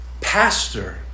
pastor